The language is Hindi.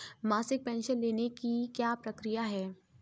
मासिक पेंशन लेने की क्या प्रक्रिया है?